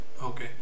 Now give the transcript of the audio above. Okay